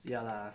ya lah